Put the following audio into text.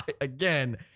again